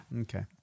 Okay